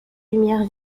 lumière